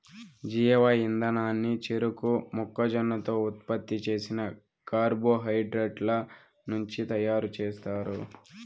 జీవ ఇంధనాన్ని చెరకు, మొక్కజొన్నతో ఉత్పత్తి చేసిన కార్బోహైడ్రేట్ల నుంచి తయారుచేస్తారు